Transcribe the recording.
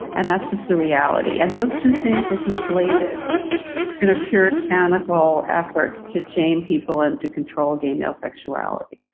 and that's just the reality. and those two things were conflated in a pure and simple effort to shame people and to control gay male sexuality.